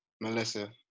Melissa